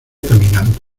caminando